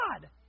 God